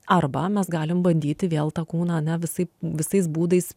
arba mes galim bandyti vėl tą kūną ane visaip visais būdais